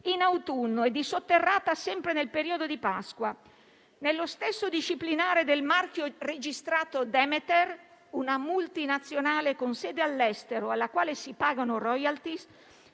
in autunno e dissotterrata sempre nel periodo di Pasqua. Nello stesso disciplinare del marchio registrato Demeter, una multinazionale con sede all'estero alla quale si pagano *royalty*,